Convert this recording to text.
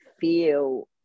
feel